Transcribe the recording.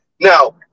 Now